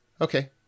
Okay